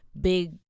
big